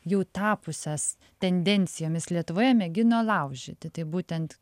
jau tapusias tendencijomis lietuvoje mėgino laužyti tai būtent